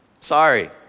Sorry